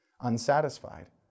unsatisfied